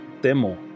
demo